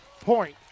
point